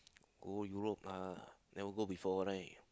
go Europe lah never go before right